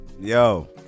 Yo